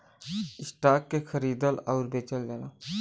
stock के खरीदल आउर बेचल जाला